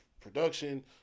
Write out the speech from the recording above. production